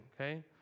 okay